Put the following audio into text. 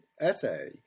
essay